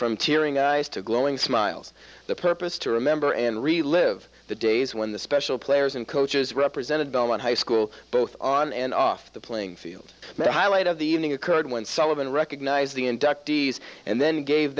from tearing eyes to glowing smiles the purpose to remember and relive the days when the special players and coaches represented on high school both on and off the playing field highlight of the evening occurred when sullivan recognized the inductees and then gave